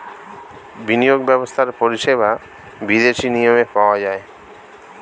বিনিয়োগ ব্যবস্থার পরিষেবা বিদেশি নিয়মে পাওয়া যায়